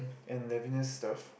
and Levina's stuff